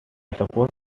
suppose